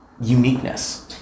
uniqueness